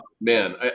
man